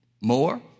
More